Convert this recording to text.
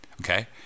okay